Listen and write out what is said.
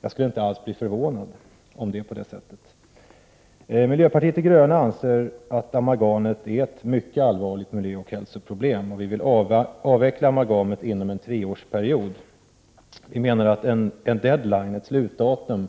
Jag skulle inte alls bli förvånad. Miljöpartiet de gröna anser att amalgamet är ett mycket allvarligt miljöoch hälsoproblem. Vi vill avveckla amalgamet inom en treårsperiod. Vi menar att en deadline, ett slutdatum,